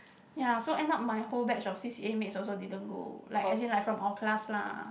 ya so end up my whole batch of C_C_A mates also didn't go like as in like from our class lah